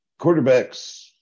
quarterbacks